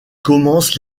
commence